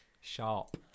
Sharp